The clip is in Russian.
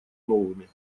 новыми